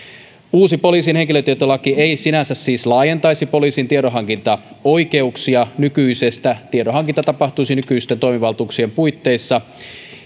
uusi poliisin henkilötietolaki ei sinänsä siis laajentaisi poliisin tiedonhankintaoikeuksia nykyisestä vaan tiedonhankinta tapahtuisi nykyisten toimivaltuuksien puitteissa